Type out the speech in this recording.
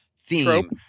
theme